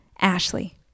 Ashley